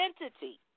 identity